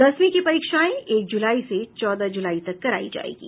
दसवीं की परीक्षाएं एक ज़ुलाई से चौदह ज़ुलाई तक कराई जाएंगी